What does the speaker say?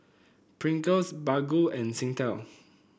Pringles Baggu and Singtel